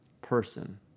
person